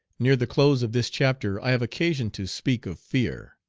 near the close of this chapter i have occason to speak of fear.